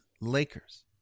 Lakers